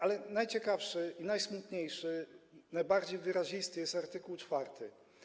Ale najciekawszy, najsmutniejszy i najbardziej wyrazisty jest art. 4.